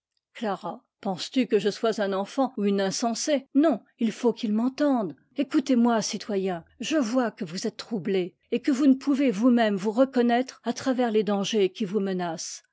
clara penses-tu que je sois un enfant ou une insensëe non il faut qu'ils m'entendent écoutez moi citoyens je vois que vous êtes troublé et que vous ne pouvez vous-mêmes vous recon naître à travers les dangers qui vous menacent